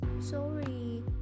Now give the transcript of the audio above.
sorry